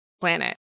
planet